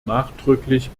nachdrücklich